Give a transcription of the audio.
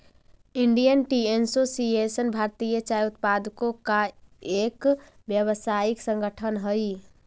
Indian tea association भारतीय चाय उत्पादकों का एक व्यावसायिक संगठन हई